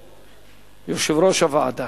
אם כן, רבותי, ההחלטה